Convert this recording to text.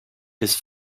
his